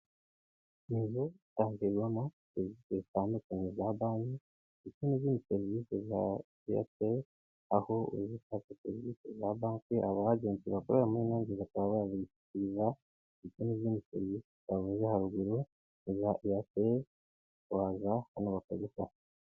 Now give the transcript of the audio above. Ni inzu itangirwamo serivise zitandukanye za banki ndetse n'izindi serivisi za airtel, aho uje ushaka serivisi za banki aba ajenti bakorera muri ino nzu bakaba bazishyikiriza ndetse n'izindi serisi tutavuze haruguru za airtel uraza hano bakazikora.